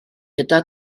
gyda